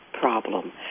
problem